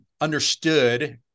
understood